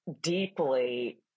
deeply